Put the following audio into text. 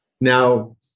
Now